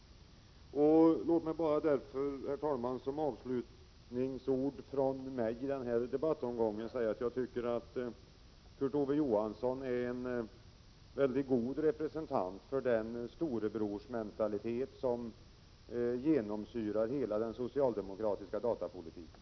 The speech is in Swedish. Låt mig avslutningsvis, fru talman, säga att jag tycker att Kurt Ove Johansson är en mycket god representant för den storebrorsmentalitet som genomsyrar hela den socialdemokratiska datapolitiken.